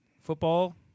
football